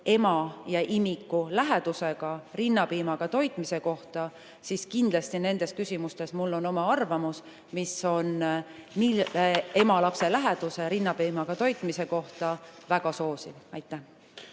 ema ja imiku lähedusega, rinnapiimaga toitmisega, siis kindlasti nendes küsimustes on mul oma arvamus, mis on ema ja lapse läheduse ja rinnapiimaga toitmise kohta väga soosiv. Aitäh